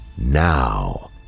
Now